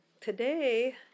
today